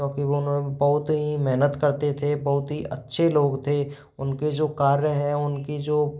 क्योंकि वह न बहुत हीं मेहनत करते थे बहुत ही अच्छे लोग थे उनके जो कार्य हैं उनकी जो